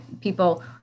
people